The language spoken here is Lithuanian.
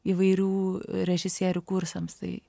įvairių režisierių kursams